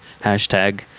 hashtag